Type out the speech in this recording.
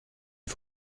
une